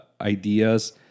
ideas